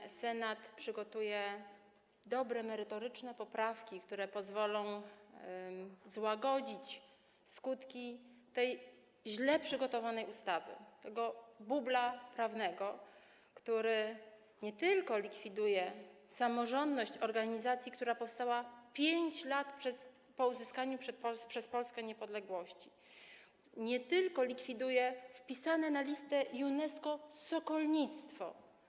Bardzo liczyłam na to, że Senat przygotuje dobre, merytoryczne poprawki, które pozwolą złagodzić skutki tej źle przygotowanej ustawy, tego bubla prawnego, który nie tylko likwiduje samorządność organizacji, która powstała 5 lat po uzyskaniu przez Polskę niepodległości, nie tylko likwiduje wpisane na listę UNESCO sokolnictwo.